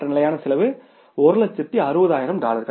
மற்ற நிலையான செலவு 160000 டாலர்கள்